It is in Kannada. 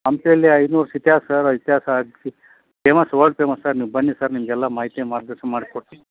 ಹಂಪಿಯಲ್ಲಿ ಐನೂರು ಇತಿಹಾಸಗಾರರ ಇತಿಹಾಸ ಆಗಿ ಫೇಮಸ್ ವರ್ಲ್ಡ್ ಫೇಮಸ್ ಸರ್ ನೀವು ಬನ್ನಿ ಸರ್ ನಿಮಗೆಲ್ಲ ಮಾಹಿತಿ ಮಾರ್ಗದರ್ಶನ ಮಾಡ್ಸಿಕೊಡ್ತಿನಿ